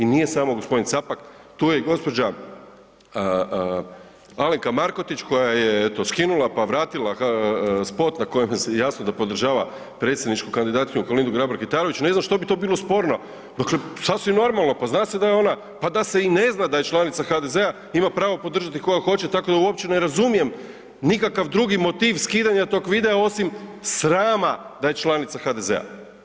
I nije samo g. Capak, tu je i gđa. Alemka Markotić koja je eto, skinula pa vratila spot na kojem je jasno da podržava predsjedničku kandidatkinju Kolindu Grabar Kitarović, ne znam što bi to bilo sporno, dakle sasvim normalno, pa zna se da je ona, pa da se i ne zna da je članica HDZ-a ima pravo podržati koja hoće, tako da uopće ne razumijem nikakav drugi motiv skidanja tog videa osim srama da je članica HDZ-a.